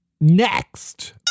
Next